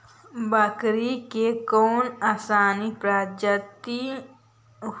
बकरी के कौन अइसन प्रजाति हई जो ज्यादा दूध दे हई?